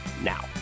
now